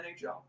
NHL